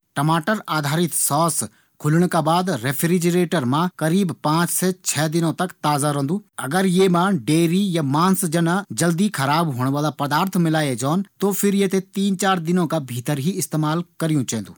कच्ची मछली थें आमतौर पर एक या दो दिन तक फ्रिज मा रखे जै सकदु। वखी दूसरी तरफ पकी मछली थें तीन या चार दिन तक फ्रिज मा रखे जै सकदु। अगर आप मछली थें तुरंत नीन खाणा त आप वी थें डीप फ्रिज मा रखी सकदिन।